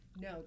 No